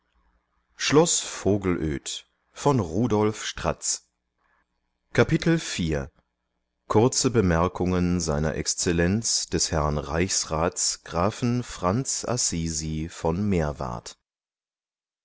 kurze bemerkungen seiner exzellenz des herrn reichsrats grafen franz assisi von meerwarth